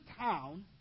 town